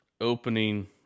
opening